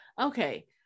okay